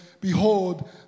Behold